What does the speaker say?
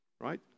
right